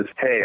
Hey